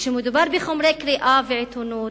כשמדובר בחומרי קריאה ועיתונות,